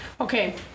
Okay